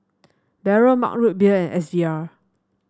Barrel Mug Root Beer and S V R